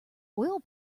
oil